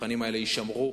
התכנים האלה יישמרו.